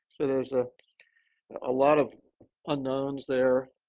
so there's a ah lot of unknowns there.